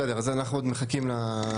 בסדר, אז אנחנו עוד מחכים להצעה.